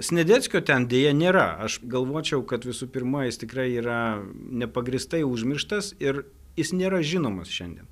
sniadeckio ten deja nėra aš galvočiau kad visų pirma jis tikrai yra nepagrįstai užmirštas ir jis nėra žinomas šiandien